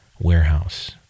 Warehouse